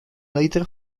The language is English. later